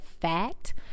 fact